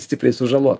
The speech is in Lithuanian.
stipriai sužalot